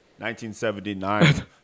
1979